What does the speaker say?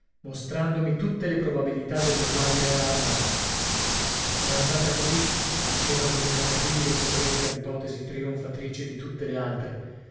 mostrandomi tutte le probabilità delle quali era armata è andata così diceva con una terribile sicurezza l'ipotesi trionfatrice di tutte le altre